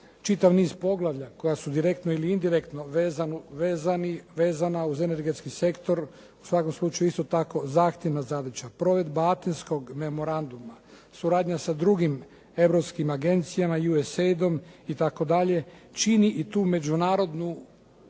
Čitav niz poglavlja koja su direktno ili indirektno vezana uz energetski sektor u svakom slučaju isto tako zahtjevna zadaća. Provedba Atinskog memoranduma, suradnja sa drugim europskim agencijama, USD-om itd., čini i tu međunarodnu